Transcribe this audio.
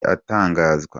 atangazwa